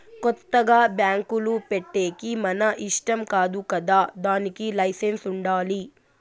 కొత్తగా బ్యాంకులు పెట్టేకి మన ఇష్టం కాదు కదా దానికి లైసెన్స్ ఉండాలి